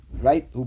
right